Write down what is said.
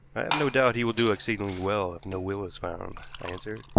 no doubt he will do exceedingly well if no will is found, i answered.